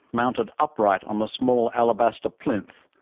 mounted upright on a small alabaster plinth,